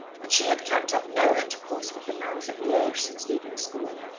and she had kept up no intercourse with the nuns at liege since leaving school.